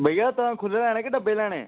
भैया तुसें खुल्ले लैने डब्बे लैने